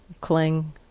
cling